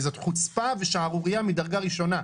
זאת חוצפה ושערורייה מדרגה ראשונה.